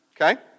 okay